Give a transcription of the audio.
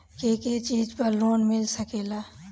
के के चीज पर लोन मिल सकेला?